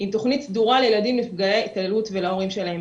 עם תכנית סדורה לילדים נפגעי התעללות ולהורים שלהם,